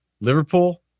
Liverpool